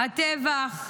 הטבח,